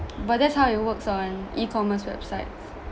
but that's how it works on e-commerce website